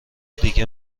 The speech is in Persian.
دیگه